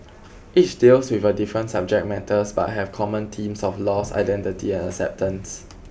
each deals with a different subject matters but have common themes of loss identity and acceptance